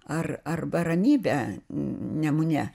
ar arba ramybę nemune